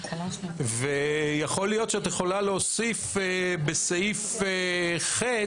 ויכול להיות שאת יכולה להוסיף בסעיף (ח).